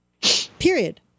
period